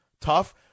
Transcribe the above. tough